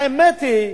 האמת היא,